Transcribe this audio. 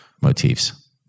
motifs